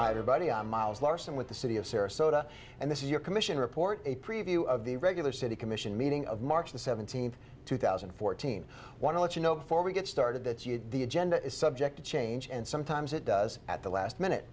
everybody i'm miles larson with the city of sarasota and this is your commission report a preview of the regular city commission meeting of march the seventeenth two thousand and fourteen want to let you know before we get started that's the agenda is subject to change and sometimes it does at the last minute